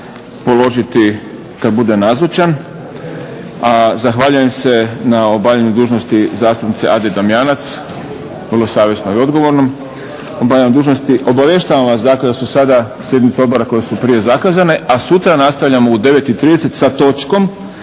i odgovornom obavljanju dužnosti. Obavještavam vas da su sada sjednice odbora koje su prije zakazane, a sutra nastavljamo u 9,30 sa točkom